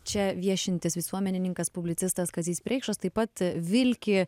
čia viešintis visuomenininkas publicistas kazys preikšas taip pat vilki